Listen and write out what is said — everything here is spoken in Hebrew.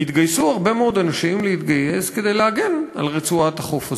התגייסו הרבה מאוד אנשים כדי להגן על רצועת החוף הזאת,